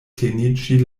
teniĝi